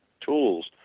tools